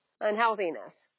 unhealthiness